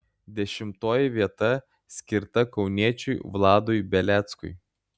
dešimtoji vieta skirta kauniečiui vladui beleckui